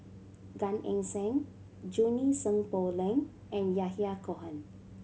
Gan Eng Seng Junie Sng Poh Leng and Yahya Cohen